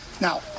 Now